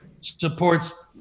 supports